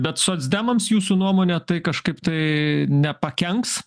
bet socdemams jūsų nuomone tai kažkaip tai nepakenks